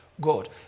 God